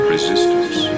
Resistance